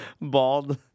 Bald